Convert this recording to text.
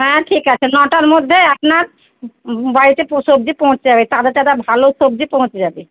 হ্যাঁ ঠিক আছে নটার মধ্যে আপনার বাড়িতে পোস সবজি পৌঁছে যাবে তাজা তাজা ভালো সবজি পৌঁছে যাবে